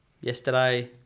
yesterday